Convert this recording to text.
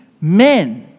men